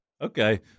Okay